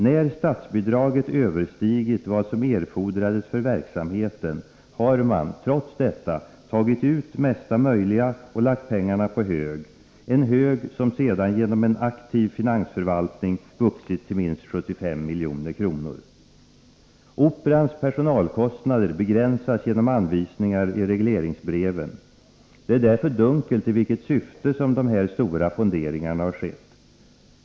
När statsbidraget överstigit vad som erfordrats för verksamheten har man, trots detta, tagit ut mesta möjliga och lagt pengarna på hög; en hög som sedan genom en aktiv finansförvaltning vuxit till minst 75 milj.kr. Operans personalkostnader begränsas genom anvisningar i regleringsbreven. Det är därför dunkelt i vilket syfte som dessa stora fonderingar har skett.